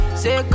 say